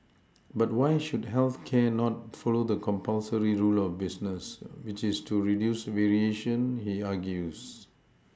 but why should health care not follow the compulsory rule of business which is to reduce variation he argues